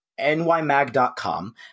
nymag.com